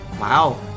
wow